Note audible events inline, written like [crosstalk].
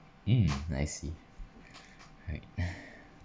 mm [noise] I see [noise] alright [breath]